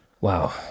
Wow